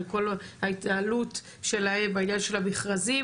על כל ההתנהלות שלהם בענין של המכרזים